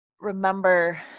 remember